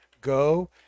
go